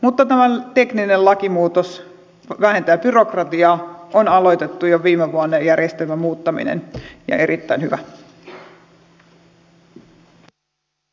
mutta tämä tekninen lakimuutos vähentää byrokratiaa järjestelmän muuttaminen on aloitettu jo viime vuonna ja erittäin hyvä